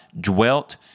dwelt